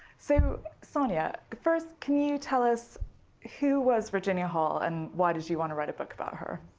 so sonia, first, can you tell us who was virginia hall? and why did you want to write a book about her?